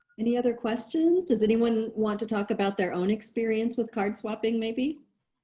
any other questions? does anyone want to talk about their own experience with card swapping maybe?